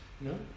No